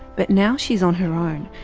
but now she is on her own,